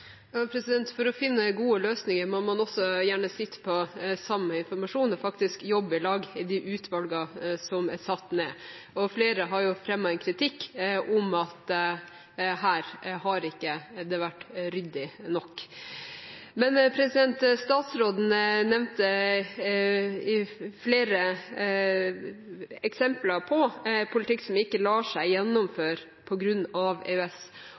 For å finne gode løsninger må man også gjerne sitte på samme informasjon og faktisk jobbe i lag i de utvalgene som er satt ned, og flere har fremmet kritikk om at her har det ikke vært ryddig nok. Men statsråden nevnte flere eksempler på politikk som ikke lar seg gjennomføre på grunn av EØS,